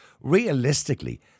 realistically